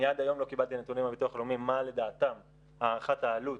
אני עד היום לא קיבלתי נתונים מהביטוח הלאומי מה לדעתם הערכת העלות